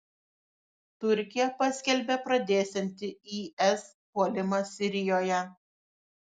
turkija paskelbė pradėsianti is puolimą sirijoje